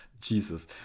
Jesus